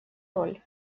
роль